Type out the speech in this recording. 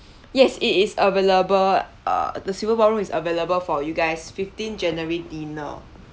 yes it is available uh the silver ballroom is available for you guys fifteen january dinner